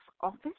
Office